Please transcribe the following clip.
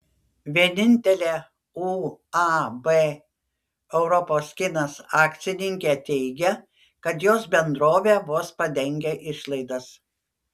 vienintelė uab europos kinas akcininkė teigia kad jos bendrovė vos padengia išlaidas